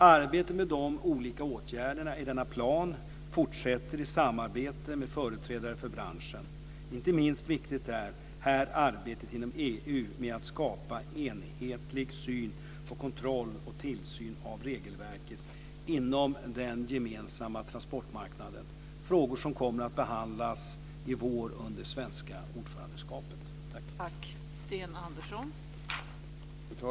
Arbetet med de olika åtgärderna i denna plan fortsätter i samarbete med företrädare för branschen. Inte minst viktigt är här arbetet inom EU med att skapa enhetlig syn på kontroll och tillsyn av regelverket inom den gemensamma transportmarknaden, frågor som kommer att behandlas i vår under det svenska ordförandeskapet. Tack!